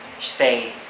say